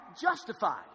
justified